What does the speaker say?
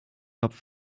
kopf